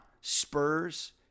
Spurs